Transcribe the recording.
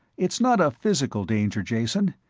it's not a physical danger, jason.